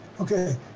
Okay